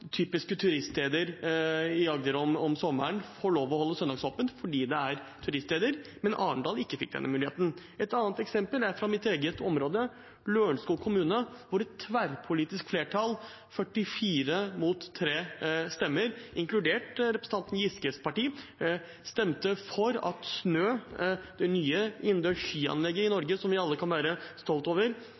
typiske turiststeder i Agder om sommeren får lov til å holde søndagsåpent fordi de er turiststeder, mens Arendal ikke fikk denne muligheten. Et annet eksempel er fra mitt område, Lørenskog kommune, hvor et tverrpolitisk flertall – 44 mot 3 stemmer, inkludert representanten Giskes parti – stemte for at SNØ, det nye innendørs skianlegget i Norge vi alle kan være stolte over,